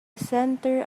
centre